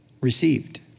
received